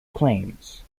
claims